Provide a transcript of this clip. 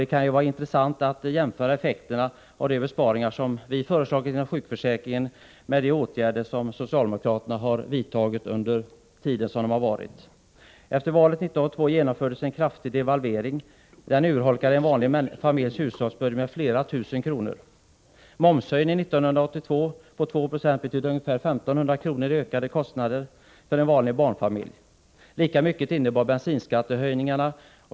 Det kan vara intressant att jämföra effekterna av de besparingar som vi föreslagit inom sjukförsäkringen med de åtgärder som socialdemokraterna har vidtagit under den tid de har varit i regeringsställning. Efter valet 1982 genomfördes en kraftig devalvering. Den urholkade en vanlig familjs hushållsbudget med flera tusen kronor. Momshöjningen 1982 på 2 90 betydde ungefär 1 500 kr. i ökade kostnader för en vanlig barnfamilj. Lika mycket innebar bensinskattehöjningarna.